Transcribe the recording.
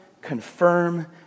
confirm